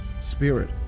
spirit